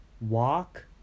Walk